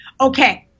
okay